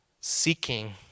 seeking